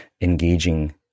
engaging